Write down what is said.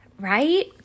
right